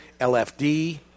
LFD